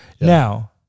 Now